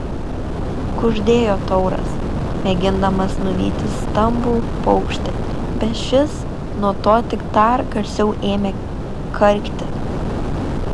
kuždėjo tauras mėgindamas nuvyti stambų paukštį bet šis nuo to tik dar garsiau ėmė karkti